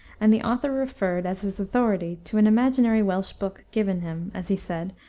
and the author referred, as his authority, to an imaginary welsh book given him, as he said,